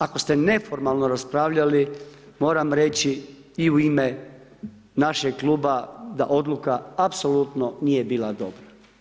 Ako ste neformalno raspravljali moram reći i u ime našeg kluba da odluka apsolutno nije bila dobra.